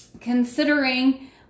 considering